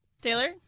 Taylor